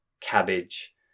cabbage